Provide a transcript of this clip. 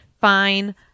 fine